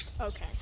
Okay